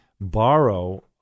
borrow